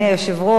הנושא הזה,